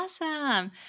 Awesome